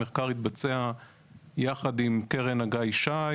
המחקר התבצע יחד עם קרן אגאי-שי